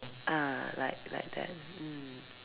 err like like that mm